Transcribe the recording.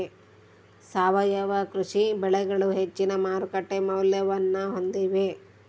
ಸಾವಯವ ಕೃಷಿ ಬೆಳೆಗಳು ಹೆಚ್ಚಿನ ಮಾರುಕಟ್ಟೆ ಮೌಲ್ಯವನ್ನ ಹೊಂದಿವೆ